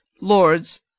lords